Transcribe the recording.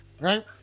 right